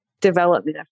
development